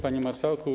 Panie Marszałku!